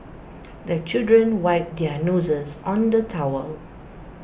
the children wipe their noses on the towel